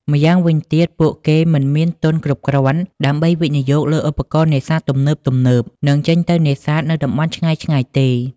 ម្យ៉ាងវិញទៀត ពួកគេមិនមានទុនគ្រប់គ្រាន់ដើម្បីវិនិយោគលើឧបករណ៍នេសាទទំនើបៗ និងចេញទៅនេសាទនៅតំបន់ឆ្ងាយៗទេ។